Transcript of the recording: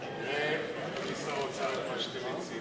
ראה, אדוני שר האוצר, מה אתם מציעים.